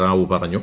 റാവു പറഞ്ഞു